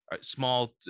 small